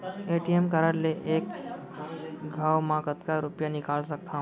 ATM card ले एक घव म कतका रुपिया निकाल सकथव?